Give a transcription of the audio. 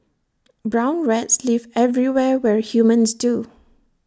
brown rats live everywhere where humans do